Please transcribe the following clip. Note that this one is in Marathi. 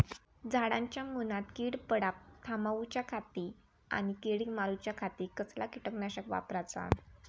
झाडांच्या मूनात कीड पडाप थामाउच्या खाती आणि किडीक मारूच्याखाती कसला किटकनाशक वापराचा?